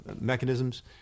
mechanisms